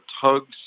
tugs